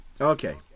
Okay